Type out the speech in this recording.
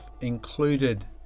included